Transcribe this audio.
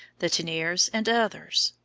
the teniers, and others.